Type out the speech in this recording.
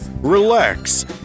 Relax